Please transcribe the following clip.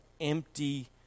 empty